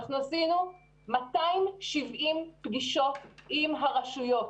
עשינו 270 פגישות עם הרשויות.